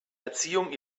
erziehung